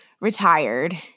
Retired